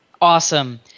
Awesome